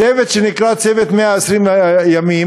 צוות שנקרא "צוות 120 הימים",